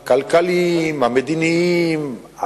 הכלכליים, המדיניים.